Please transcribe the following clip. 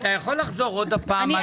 אתה יכול לחזור עוד פעם על זה?